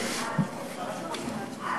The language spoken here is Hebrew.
עד?